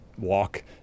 walk